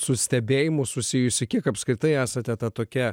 su stebėjimu susijusi kiek apskritai esate ta tokia